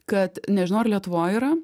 kad nežinau ar lietuvoj yra